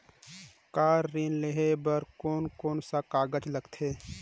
Car ऋण लेहे बार कोन कोन सा कागज़ लगथे?